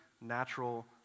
natural